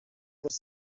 was